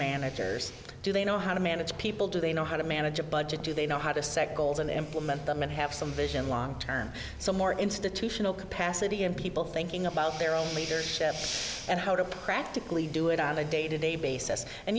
managers do they know how to manage people do they know how to manage a budget do they know how to set goals and implement them and have some vision long term so more institutional capacity in people thinking about their own leadership and how to practically do it on a day to day basis and